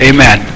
Amen